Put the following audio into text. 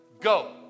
go